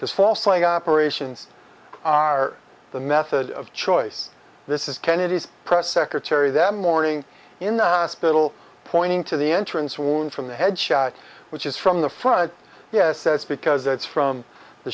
this false flag operations are the method of choice this is kennedy's press secretary them morning in the hospital pointing to the entrance wound from the head shot which is from the front yes that's because it's from the